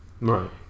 Right